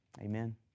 amen